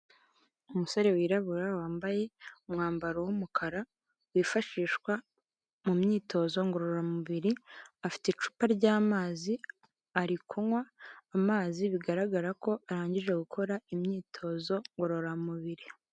Umusore wirabura, wambaye umwambaro w'umukara wifashishwa mu myitozo ngororamubiri, afite icupa ry'amazi, ari kunywa amazi, bigaragara ko arangije gukora imyitozo ngororamubiri.